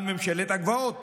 על ממשלת הגבעות,